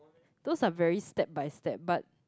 those are very step by step but